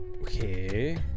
Okay